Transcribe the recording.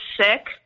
sick